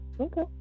Okay